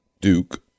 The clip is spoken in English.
Duke